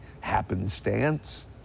happenstance